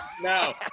no